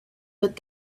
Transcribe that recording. but